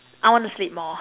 I wanna sleep more